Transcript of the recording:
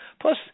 Plus